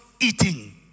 eating